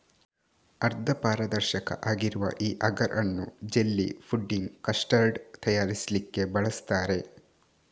ಅರ್ಧ ಪಾರದರ್ಶಕ ಆಗಿರುವ ಈ ಅಗರ್ ಅನ್ನು ಜೆಲ್ಲಿ, ಫುಡ್ಡಿಂಗ್, ಕಸ್ಟರ್ಡ್ ತಯಾರಿಸ್ಲಿಕ್ಕೆ ಬಳಸ್ತಾರೆ